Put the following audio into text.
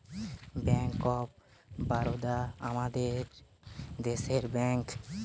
bank of Baroda আমাদের দেশের bank